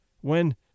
when